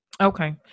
Okay